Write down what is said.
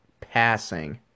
passing